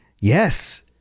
Yes